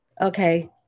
Okay